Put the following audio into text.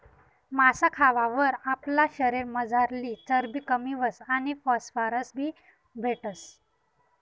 मासा खावावर आपला शरीरमझारली चरबी कमी व्हस आणि फॉस्फरस बी भेटस